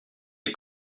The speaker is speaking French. les